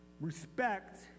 respect